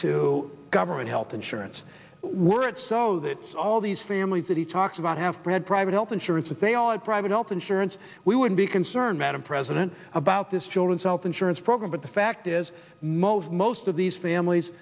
to government health insurance were it so that it's all these families that he talked about have read private health insurance that they all have private health insurance we would be concerned madam president about this children's health insurance program but the fact is most most of these families